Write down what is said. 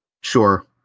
Sure